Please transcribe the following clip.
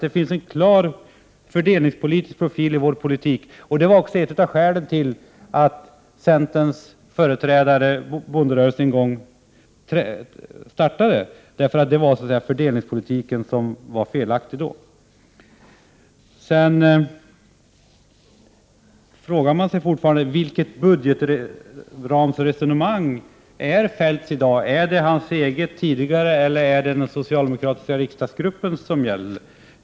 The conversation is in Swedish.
Det finns en klar fördelningspolitisk profil i vår politik. Det var också ett av skälen till att centerns företrädare, bonderörelsen, en gång startade. Det var fördelningspolitiken som var felaktig då. Man frågar sig vilket budgetramsresonemang som är Kjell-Olof Feldts i dag. Är det hans eget tidigare eller är det den socialdemokratiska riksdagsgruppens som gäller?